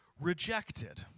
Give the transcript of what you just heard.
rejected